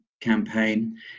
Campaign